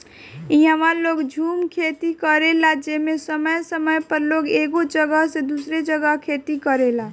इहा लोग झूम खेती करेला जेमे समय समय पर लोग एगो जगह से दूसरी जगह खेती करेला